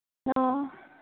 ꯑꯣ